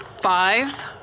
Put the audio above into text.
five